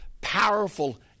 powerful